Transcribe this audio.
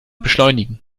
beschleunigen